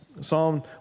Psalm